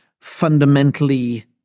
fundamentally